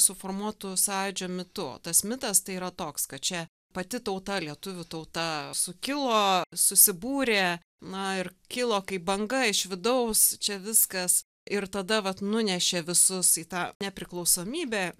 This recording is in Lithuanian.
suformuotų sąjūdžio mitu tas mitas tai yra toks kad čia pati tauta lietuvių tauta sukilo susibūrė na ir kilo kaip banga iš vidaus čia viskas ir tada vat nunešė visus į tą nepriklausomybę